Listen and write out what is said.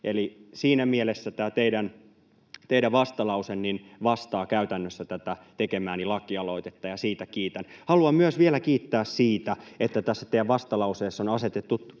Eli siinä mielessä tämä teidän vastalauseenne vastaa käytännössä tätä tekemääni lakialoitetta, ja siitä kiitän. Haluan vielä kiittää myös siitä, että tässä teidän vastalauseessanne on asetuttu